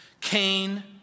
Cain